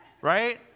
Right